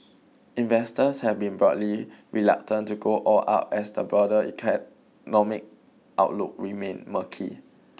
investors have been broadly reluctant to go all out as the broader outlook remained murky